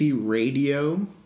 Radio